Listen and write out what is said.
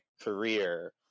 career